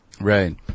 Right